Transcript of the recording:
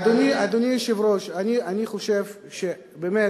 אדוני היושב-ראש, אני חושב באמת,